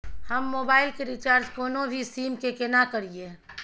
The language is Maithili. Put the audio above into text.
हम मोबाइल के रिचार्ज कोनो भी सीम के केना करिए?